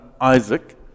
Isaac